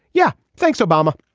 yeah thanks obama.